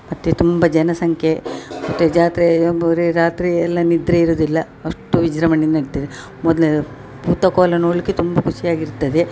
ಮತ್ತು ತುಂಬ ಜನಸಂಖ್ಯೆ ಮತ್ತು ಜಾತ್ರೆಯ ಮೂರೆ ರಾತ್ರಿಯೆಲ್ಲ ನಿದ್ರೆ ಇರುದಿಲ್ಲ ಅಷ್ಟು ವಿಜೃಂಭಣೆಯಿಂದ ನಡಿತದೆ ಮೊದಲೆಲ್ಲ ಭೂತಕೋಲ ನೋಡಲ್ಲಿಕ್ಕೆ ತುಂಬ ಖುಷಿಯಾಗಿ ಇರ್ತದೆ